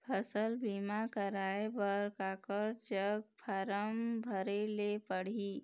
फसल बीमा कराए बर काकर जग फारम भरेले पड़ही?